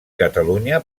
catalunya